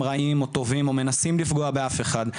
רעים או טובים או מנסים לפגוע באף אחד,